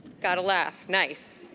got a laugh, nice.